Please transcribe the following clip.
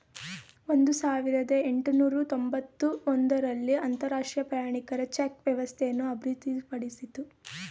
ಒಂದು ಸಾವಿರದ ಎಂಟುನೂರು ತೊಂಬತ್ತ ಒಂದು ರಲ್ಲಿ ಅಂತರಾಷ್ಟ್ರೀಯ ಪ್ರಯಾಣಿಕರ ಚೆಕ್ ವ್ಯವಸ್ಥೆಯನ್ನು ಅಭಿವೃದ್ಧಿಪಡಿಸಿತು